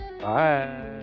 Bye